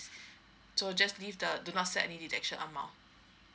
so just leave the do not set any deduction amount